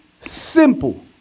simple